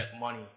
money